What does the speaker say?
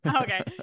Okay